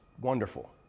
wonderful